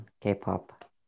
K-pop